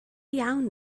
iawn